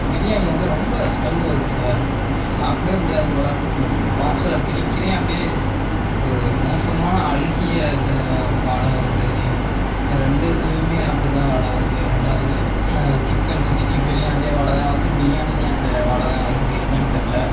பிரியாணி வந்து ரொம்ப ஸ்மெல் வருது சார் சாப்பிடவே முடியாது போல பார்சலை பிரிக்கிறேன் அப்படியே ஒரு மோசமான அழுகிய வாடை வருது ரெண்டுதிலையுமே அப்படித்தான் வாடை வருது ரெண்டாவது சிக்கன் சிஸ்டி ஃபைவ்லையும் அதே வாடை தான் வருது பிரியாணியில் அந்த வாடை தான் வருது என்னன்னு தெரியலை